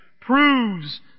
proves